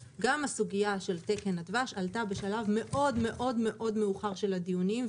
הסוגיה של תקן הדבש עלתה בשלב מאוד מאוד מאוחר של הדיונים,